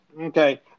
Okay